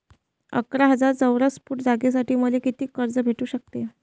अकरा हजार चौरस फुट जागेसाठी मले कितीक कर्ज भेटू शकते?